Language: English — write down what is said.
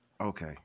okay